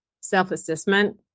self-assessment